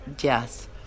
Yes